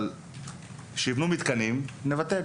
אבל כשיבנו מתקנים, נבטל.